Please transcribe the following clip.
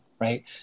right